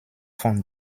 von